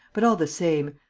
but, all the same.